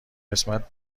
قسمت